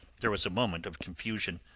there was a moment of confusion.